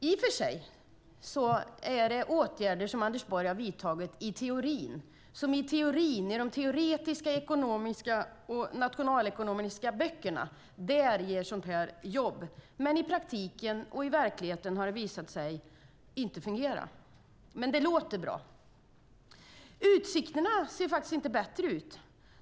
I och för sig är det åtgärder som Anders Borg har vidtagit i teorin. I de teoretiska ekonomiska och nationalekonomiska böckerna ger sådant här jobb, men i praktiken och i verkligheten har det visat sig inte fungera. Men det låter bra. Utsikterna ser inte bättre ut.